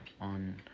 on